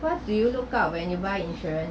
what do you look out when you buy insurance